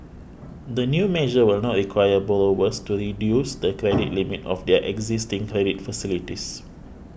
the new measure will not require borrowers to reduce the credit limit of their existing credit facilities